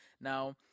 Now